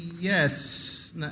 Yes